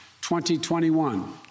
2021